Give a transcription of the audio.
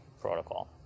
protocol